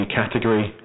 category